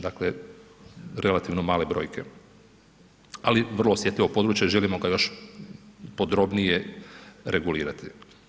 Dakle, relativno male brojke, ali vrlo osjetljivo područje, želimo ga još podrobnije regulirati.